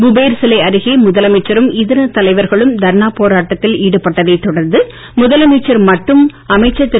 குபேர் சிலை அருகே முதலமைச்சரும் இதர தலைவர்களும் தர்ணா போராட்டத்தில் ஈடுபட்டதை தொடர்ந்து முதலமைச்சர் மட்டும் அமைச்சர் திரு